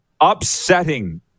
upsetting